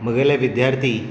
म्हगेले विद्यार्थी